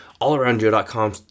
allaroundjoe.com